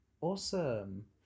Awesome